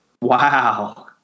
Wow